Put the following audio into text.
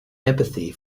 empathy